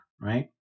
right